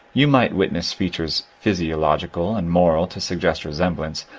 you might witness features physiological and moral to suggest resemblance,